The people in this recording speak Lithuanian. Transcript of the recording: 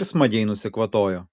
ir smagiai nusikvatojo